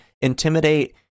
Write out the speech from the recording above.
intimidate